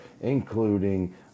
including